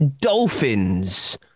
dolphins